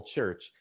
Church